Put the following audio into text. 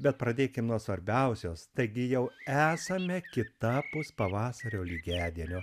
bet pradėkim nuo svarbiausios taigi jau esame kitapus pavasario lygiadienio